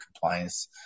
compliance